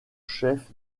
chef